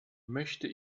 möchte